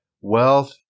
wealth